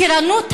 טירנות הרוב.